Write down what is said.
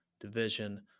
division